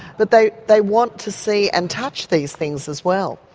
but they they want to see and touch these things as well.